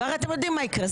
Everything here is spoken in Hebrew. אתם יודעים מה יקרה.